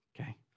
Okay